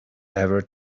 ever